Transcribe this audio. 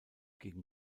gegen